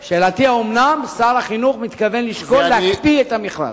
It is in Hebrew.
שאלתי: האומנם שר החינוך מתכוון לשקול להקפיא את המכרז?